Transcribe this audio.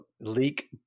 leak